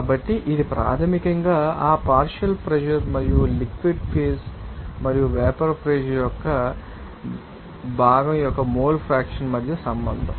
కాబట్టి ఇది ప్రాథమికంగా ఆ పార్షియల్ ప్రెషర్ మరియు లిక్విడ్ ఫేజ్ మరియు వేపర్ ప్రెషర్ యొక్క భాగం యొక్క మోల్ ఫ్రాక్షన్ మధ్య సంబంధం